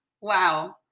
Wow